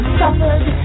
suffered